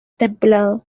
templado